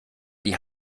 die